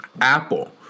Apple